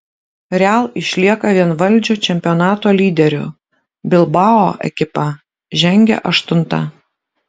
real išlieka vienvaldžiu čempionato lyderiu bilbao ekipa žengia aštunta